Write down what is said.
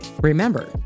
Remember